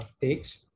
takes